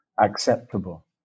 acceptable